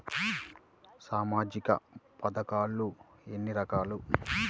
సామాజిక పథకాలు ఎన్ని రకాలు?